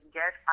get